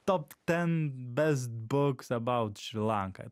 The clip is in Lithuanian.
top ten bes buks abaut šri lanka